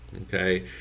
Okay